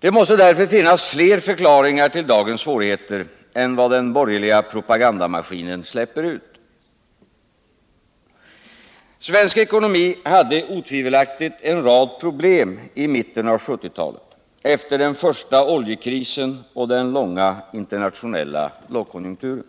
Det måste därför finnas fler förklaringar tll dagens svårigheter än vad den borgerliga propagandamaskinen släpper ut. Svensk ekonomi hade otvivelaktigt en rad problem i mitten av 1970-talet efter den första oljekrisen och den långa internationella lågkonjunkturen.